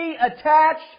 attached